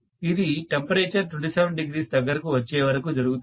ఇది టెంపరేచర్ 27° దగ్గరకు వచ్చే వరకు జరుగుతుంది